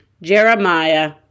Jeremiah